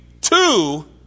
two